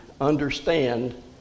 understand